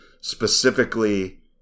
specifically